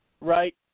right